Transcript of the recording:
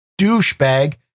douchebag